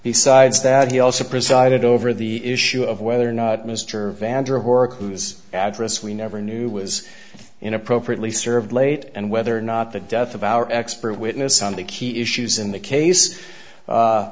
besides that he also presided over the issue of whether or not mr vander warrick whose address we never knew was in appropriately served late and whether or not the death of our expert witness on the key issues in the case